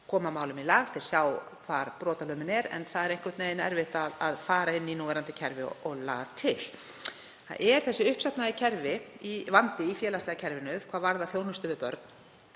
koma málum í lag og þeir sjá hvar brotalömin er en það er einhvern veginn erfitt að fara inn í núverandi kerfi og laga til. Það er uppsafnaður vandi í félagslega kerfinu hvað varðar þjónustu við börn